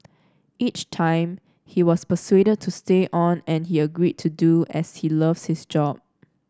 each time he was persuaded to stay on and he agreed to do as he loves his job